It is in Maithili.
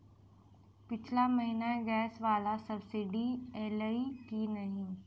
पिछला महीना गैस वला सब्सिडी ऐलई की नहि?